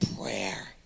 prayer